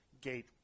gate